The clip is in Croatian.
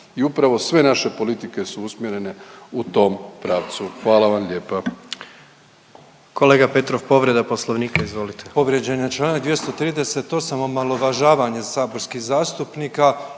i upravo sve naše politike su usmjerene u tom pravcu. Hvala vam lijepa.